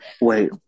Wait